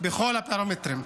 בכל הפרמטרים.